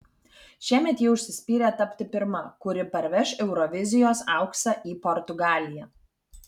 šiemet ji užsispyrė tapti pirma kuri parveš eurovizijos auksą į portugaliją